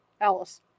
Alice